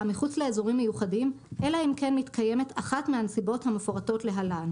מחוץ לאזורים מיוחדים אלא אם כן מתקיימת אחת מהנסיבות המפורטים להלן.